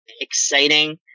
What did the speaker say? exciting